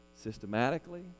systematically